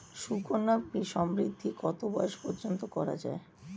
সুকন্যা সমৃদ্ধী কত বয়স পর্যন্ত করা যায়?